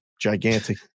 gigantic